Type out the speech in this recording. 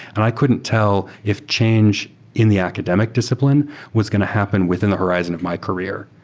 and i couldn't tell if change in the academic discipline was going to happen within the horizon of my career,